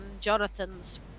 Jonathan's